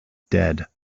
dead